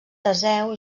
teseu